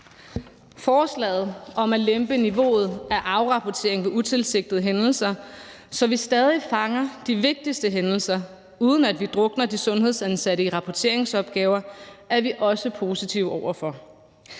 Forslaget om at lempe niveauet for afrapportering ved utilsigtede hændelser, så vi stadig fanger de vigtigste hændelser, uden at vi drukner de sundhedsansatte i rapporteringsopgaver, er vi også positive over for.